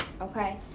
Okay